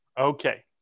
Okay